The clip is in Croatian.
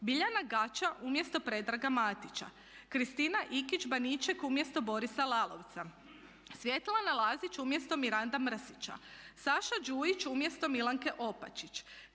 Biljana Gača umjesto Predraga Matića, Kristina Ikić Baniček umjesto Borisa Lalovca, Svjetlana Lazić umjesto Miranda Mrsića, Saša Đujić umjesto Milanke Opačić,